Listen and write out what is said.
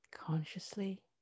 Consciously